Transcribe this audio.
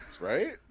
right